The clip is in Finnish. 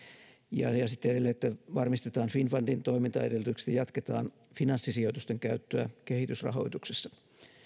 ja ja sitten edelleen varmistetaan finnfundin toimintaedellytykset ja jatketaan finanssisijoitusten käyttöä kehitysrahoituksessa